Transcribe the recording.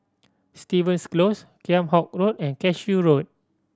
Stevens Close Kheam Hock Road and Cashew Road